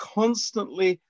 constantly